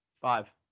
Five